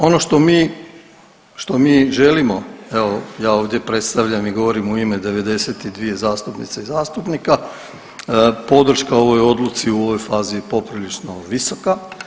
Ono što mi, što mi želimo, evo ja ovdje predstavljam i govorim u ime 92 zastupnice i zastupnika podrška ovoj odluci u ovoj fazi je poprilično visoka.